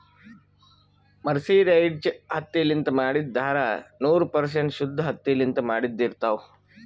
mercerized ಹತ್ತಿಲಿಂತ್ ಮಾಡಿದ್ದ್ ಧಾರಾ ನೂರ್ ಪರ್ಸೆಂಟ್ ಶುದ್ದ್ ಹತ್ತಿಲಿಂತ್ ಮಾಡಿದ್ದ್ ಇರ್ತಾವ್